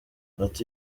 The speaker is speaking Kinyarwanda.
ati